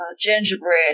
gingerbread